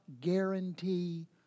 guarantee